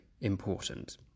important